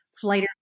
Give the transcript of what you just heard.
flight